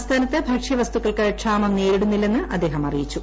സംസ്ഥാനത്ത് ഭക്ഷ്യവസ്തുക്കൾക്ക് ക്ഷാമം നേരിടുന്നില്ലെന്ന് അദ്ദേഹം അറിയിച്ചു